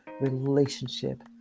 relationship